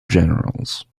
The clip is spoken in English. generals